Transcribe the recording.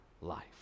life